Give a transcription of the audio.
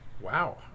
Wow